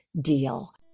deal